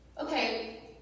okay